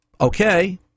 okay